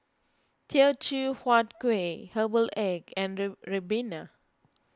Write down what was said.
Teochew Huat Kueh Herbal Egg and Ribena